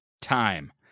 Time